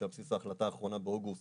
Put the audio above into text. שעל בסיס ההחלטה האחרונה באוגוסט